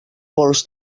pols